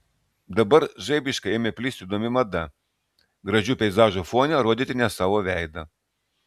dabar žaibiškai ėmė plisti įdomi mada gražių peizažų fone rodyti ne savo veidą